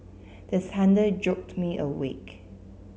the thunder jolt me awake